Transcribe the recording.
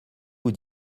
vous